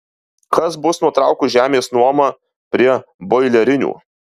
kas bus nutraukus žemės nuomą prie boilerinių